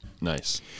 Nice